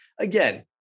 again